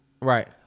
Right